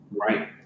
Right